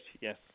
yes